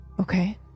Okay